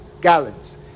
gallons